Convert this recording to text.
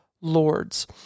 lords